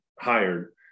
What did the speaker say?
hired